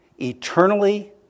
eternally